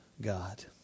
God